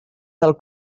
del